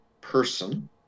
person